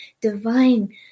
divine